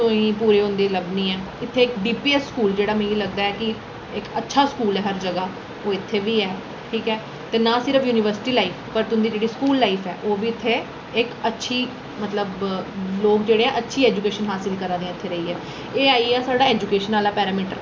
होई दूई होंदी लब्भनी ऐ इत्था इक डीपीऐस्स स्कूल जेह्ड़ा मिगी लगदा ऐ कि इक अच्छा स्कूल ऐ हर जगह् ओह् इत्थै बी ऐ ठीक ऐ ते ना फिर युनिवर्सिटी लाइफ पर तुंदी जेह्ड़ी स्कूल लाइफ ऐ ओह् बी इत्थै इक अच्छी मतलब लोक जेह्ड़े अच्छी ऐजुकेशन हासल करै दे न इत्थै रेहियै एह् आई गेआ साढ़ा ऐजुकेशन आह्ला पैरामीटर